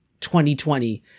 2020